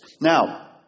Now